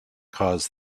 caused